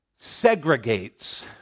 segregates